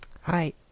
Hi